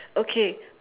okay